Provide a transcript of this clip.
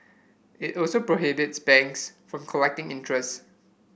it also prohibits banks from collecting interest